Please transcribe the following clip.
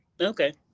Okay